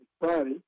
Friday